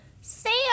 Sam